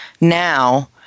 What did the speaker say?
Now